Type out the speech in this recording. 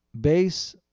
base